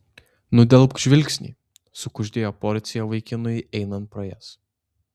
nudelbk žvilgsnį sukuždėjo porcija vaikinui einant pro jas